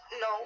No